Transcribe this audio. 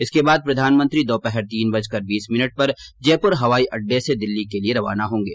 इसके बाद प्रधानमंत्री दोपहर तीन बजकर बीस मिनट पर जयपुर हवाई अड्डे से दिल्ली के लिए रवाना होंगे